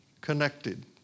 connected